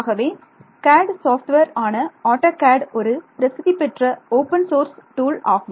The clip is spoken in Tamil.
ஆகவே CAD சாஃப்ட்வேர் ஆன ஆட்டோ கேட் ஒரு பிரசித்தி பெற்ற ஓபன் சோர்ஸ் டூல் ஆகும்